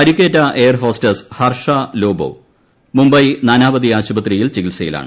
പരിക്കേറ്റ air hostess Harsha Lobo Mumbai Nanavati ആശുപത്രിയിൽ ചികിത്സയിലാണ്